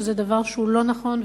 שזה דבר לא נכון,